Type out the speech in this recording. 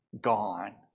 gone